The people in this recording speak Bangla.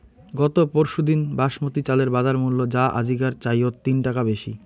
গত পরশুদিন বাসমতি চালের বাজারমূল্য যা আজিকের চাইয়ত তিন টাকা বেশি